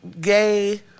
gay